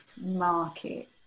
market